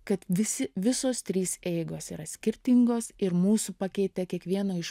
kad visi visos trys eigos yra skirtingos ir mūsų pakeitė kiekvieno iš